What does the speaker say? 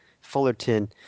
Fullerton